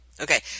Okay